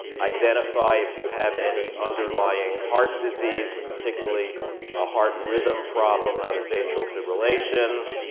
identify if you have any underlying heart disease, particularly a heart rhythm problem known as atrial fibrillation.